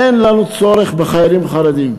אין לנו צורך בחיילים חרדים,